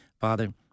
Father